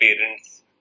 parents